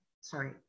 sorry